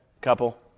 couple